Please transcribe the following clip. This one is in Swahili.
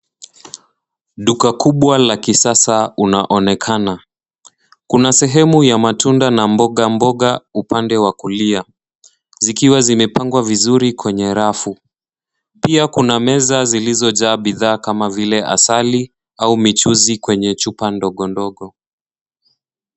Duka kubwa la kisasa unaonekana. Kuna sehemu ya matunda na mboga mboga upande wa kulia, zikiwa zimepangwa vizuri kwenye rafu. Pia kuna meza zilizojaa bidhaa kama vile asali au michuzi kwenye chupa ndogo ndogo.